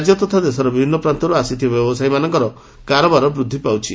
ରାକ୍ୟ ତଥା ଦେଶର ବିଭିନ୍ନ ପ୍ରାନ୍ଡରୁ ଆସିଥିବା ବ୍ୟବସାୟୀଙ୍କର କାରବାର ବୃଦ୍ଧି ପାଉଛି